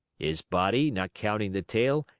his body, not counting the tail,